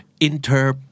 Inter